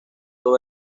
todo